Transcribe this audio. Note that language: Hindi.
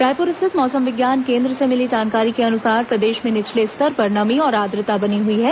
रायपुर स्थित मौसम विज्ञान केन्द्र से मिली जानकारी के अनुसार प्रदेश में निचले स्तर पर नमी और आद्रता बनी हुई है